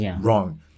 Wrong